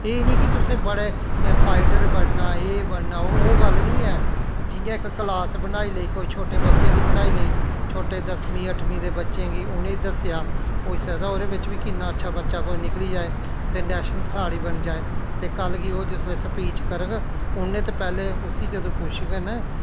एह् नी के तुसें बड़े फाइटर बनना एह् बनना ओह् गल्ल नेईं ऐ जियां इक क्लास बनाई लेई कुछ छोटे बच्चे दी बनाई लेई छोटे दसमीं अठमीं दे बच्चें गी उ'नेंगी दस्सेआ होई सकदा ओहदे बिच्च बी किन्ना अच्छा बच्चा कोई निकली जाए ते नेशनल खलाड़ी बनी जाए ते कल गी ओह् जिसलै स्पीच करग उ'नें ते पैह्ले उसी जंदू पुच्छङन